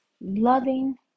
loving